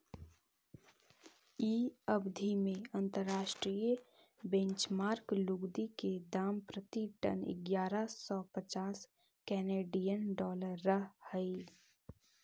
इ अवधि में अंतर्राष्ट्रीय बेंचमार्क लुगदी के दाम प्रति टन इग्यारह सौ पच्चास केनेडियन डॉलर रहऽ हई